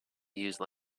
use